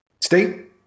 Steve